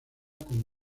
con